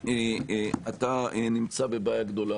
אתה נמצא בבעיה גדולה.